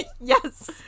Yes